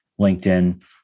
LinkedIn